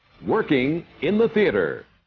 working in the theatre.